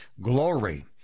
Glory